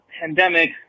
pandemic